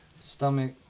stomach